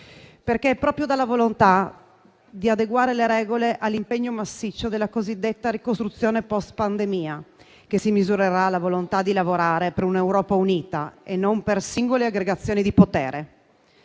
perché è proprio dalla volontà di adeguare le regole all'impegno massiccio della cosiddetta ricostruzione *post* pandemia che si misurerà la volontà di lavorare per un'Europa unita e non per singole aggregazioni di potere.